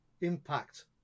impact